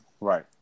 Right